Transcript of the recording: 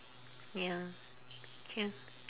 ya true